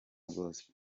gospel